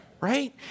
right